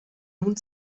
nun